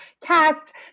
cast